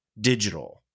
digital